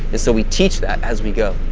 and so we teach that as we go.